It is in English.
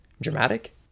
Dramatic